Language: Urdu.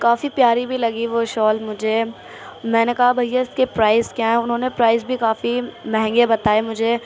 کافی پیاری بھی لگی وہ شال مجھے میں نے کہا بھیا اِس کے پرائز کیا ہیں اُنہوں نے پرائز بھی کافی مہنگے بتائے مجھے